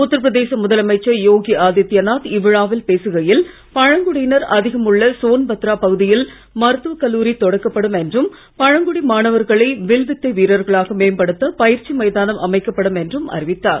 உத்தரபிரதேச முதலமைச்சர் யோகி ஆதித்ய நாத் இவ்விழாவில் பேசுகையில் பழங்குடியினர் அதிகமுள்ள சோன்பத்ரா பகுதியில் மருத்துவ கல்லூரி தொடக்கப்படும் என்றும் பழங்குடி மாணவர்களை வில்வித்தை வீரர்களாக மேம்படுத்த பயிற்சி மைதானம் அமைக்கப்படும் என்றும் அறிவித்தார்